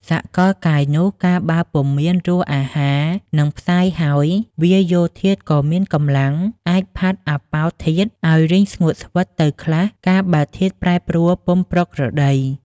សកល កាយនោះ កាលបើពុំមានរសអាហារនឹងផ្សាយហើយ វាយោធាតុក៏មានកម្លាំង អាចផាត់អាបោធាតុ ឲ្យរីងស្ងួតស្វិតទៅខ្លះកាលបើធាតុប្រែប្រួលពុំប្រក្រតី។